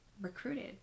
recruited